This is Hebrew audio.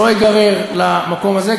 לא אגרר למקום הזה,